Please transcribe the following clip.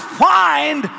find